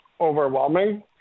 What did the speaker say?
overwhelming